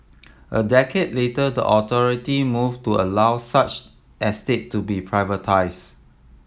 a decade later the authority moved to allow such estate to be privatised